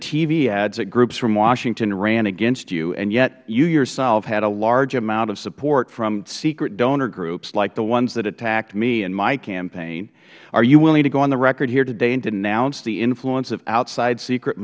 tv ads that groups from washington ran against you and yet you yourself had a large amount of support from secret donor groups like the ones that attacked me in my campaign are you willing to go on the record here today and denounce the influence of outside secret